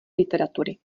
literatury